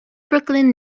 brooklyn